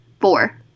four